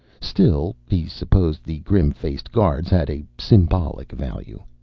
still, he supposed the grim-faced guards had a symbolic value.